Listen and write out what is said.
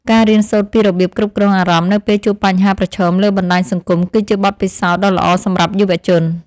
ការរៀនសូត្រពីរបៀបគ្រប់គ្រងអារម្មណ៍នៅពេលជួបបញ្ហាប្រឈមលើបណ្តាញសង្គមគឺជាបទពិសោធន៍ដ៏ល្អសម្រាប់យុវជន។